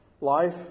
life